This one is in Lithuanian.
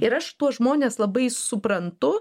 ir aš tuos žmones labai suprantu